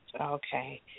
Okay